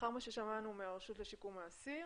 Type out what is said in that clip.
לאחר מה ששמענו מהרשות לשיקום האסיר,